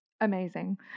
amazing